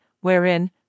wherein